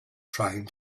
trying